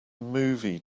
movie